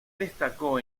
destacó